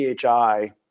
PHI